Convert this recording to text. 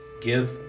give